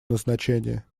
назначения